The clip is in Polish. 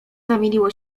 zamieniło